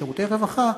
לשירותי רווחה,